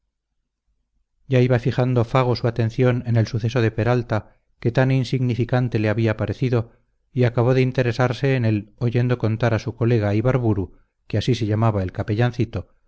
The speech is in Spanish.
ya iba fijando fago su atención en el suceso de peralta que tan insignificante le había parecido y acabó de interesarse en él oyendo contar a su colega ibarburu que así se llamaba el